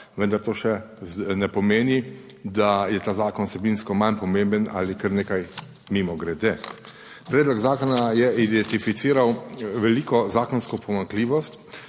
Vendar, to še ne pomeni, da je ta zakon vsebinsko manj pomemben ali kar nekaj. Mimogrede, predlog zakona je identificiral veliko zakonsko pomanjkljivost